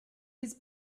his